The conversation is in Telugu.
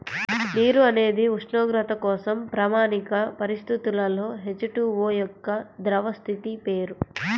నీరు అనేది ఉష్ణోగ్రత కోసం ప్రామాణిక పరిస్థితులలో హెచ్.టు.ఓ యొక్క ద్రవ స్థితి పేరు